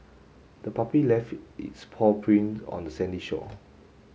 the puppy left its paw prints on the sandy shore